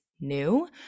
New